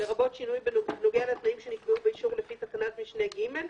לרבות שינוי הנוגע לתנאים שנקבעו באישור לפי תקנת משנה (ג),